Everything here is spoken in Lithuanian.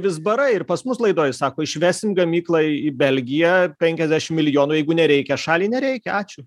vizbarai ir pas mus laidoj sako išvesim gamyklą į belgiją penkiasdešim milijonų jeigu nereikia šaliai nereikia ačiū